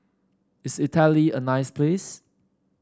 is Italy a nice place